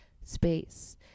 space